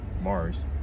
mars